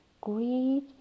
greed